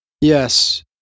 Yes